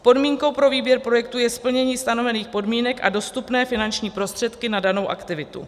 Podmínkou pro výběr projektů je splnění stanovených podmínek a dostupné finanční prostředky na danou aktivitu.